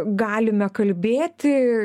galime kalbėti